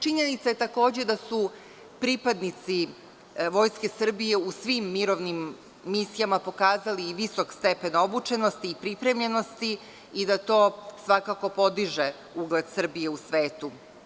Činjenica je da su pripadnici Vojske Srbije u svim mirovnim misijama pokazali visok stepen obučenosti i pripremljenosti i da to svakako podiže ugled Srbije u svetu.